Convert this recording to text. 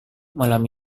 malam